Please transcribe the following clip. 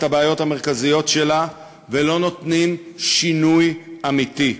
הבעיות המרכזיות ולא נותנים שינוי אמיתי.